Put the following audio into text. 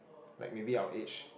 like maybe our age